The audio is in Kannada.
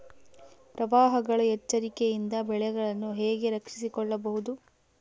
ಪ್ರವಾಹಗಳ ಎಚ್ಚರಿಕೆಯಿಂದ ಬೆಳೆಗಳನ್ನು ಹೇಗೆ ರಕ್ಷಿಸಿಕೊಳ್ಳಬಹುದು?